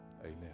Amen